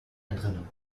entrinnen